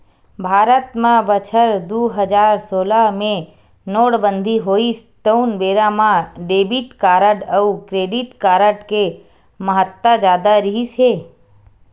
भारत म बछर दू हजार सोलह मे नोटबंदी होइस तउन बेरा म डेबिट कारड अउ क्रेडिट कारड के महत्ता जादा रिहिस हे